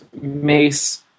Mace